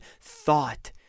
thought